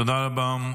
תודה רבה.